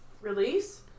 Release